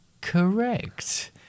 correct